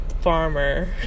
farmer